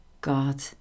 God